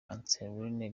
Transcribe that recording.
anselme